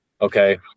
okay